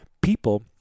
people